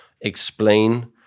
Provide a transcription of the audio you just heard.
explain